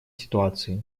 ситуации